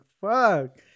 fuck